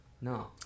No